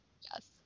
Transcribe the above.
Yes